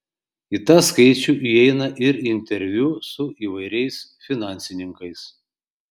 į tą skaičių įeina ir interviu su įvairiais finansininkais